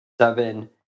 seven